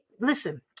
listen